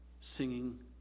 Singing